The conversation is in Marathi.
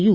यू